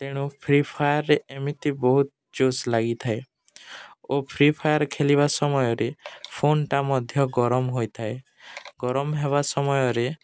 ତେଣୁ ଫ୍ରି ଫାୟାରରେ ଏମିତି ବହୁତ ଜୋଶ ଲାଗିଥାଏ ଓ ଫ୍ରି ଫାୟାର ଖେଲିବା ସମୟରେ ଫୋନ୍ଟା ମଧ୍ୟ ଗରମ ହୋଇଥାଏ ଗରମ ହେବା ସମୟରେ